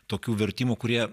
tokių vertimų kurie